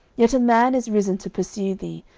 yet a man is risen to pursue thee,